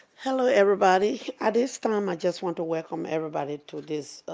hello, everybody. at this time, i just want to welcome everybody to this